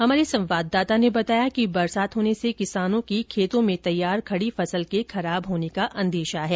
हमारे संवाददाता ने बताया कि बरसात होने से किसानों की खेतों में तैयार खड़ी फसल के खराब होने का अंदेशा है